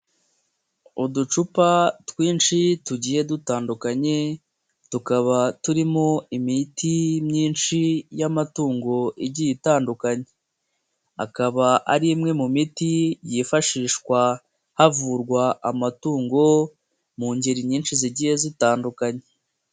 Uducupa twinshi tugiye dutandukanye, tukaba turimo imiti myinshi y'amatungo igiye itandukanye. Akaba ari imwe mu miti yifashishwa havurwa amatungo mu ngeri nyinshi zigiye zitandukanye.